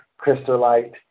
crystallite